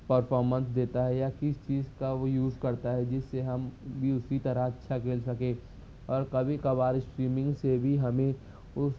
performance دیتا ہے یا کس چیز کا وہ یوز کرتا ہے جس سے ہم بھی اسی طرح اچھا کھیل سکیں اور کبھی کبھار اسٹریمنگ سے بھی ہمیں اس